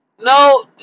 No